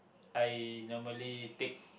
I normally take